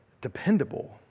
dependable